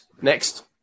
next